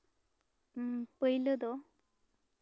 ᱦᱮᱸ ᱯᱟᱭᱞᱟᱹ ᱫᱚ